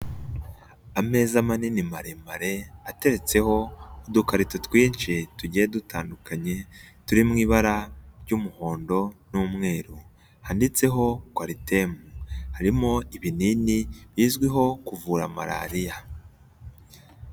Ameza manini maremare atetseho udukarito twinshi tugiye dutandukanye turi mu ibara ry'umuhondo n'umweru, handitseho kwaritemu harimo ibinini bizwiho kuvura malariya.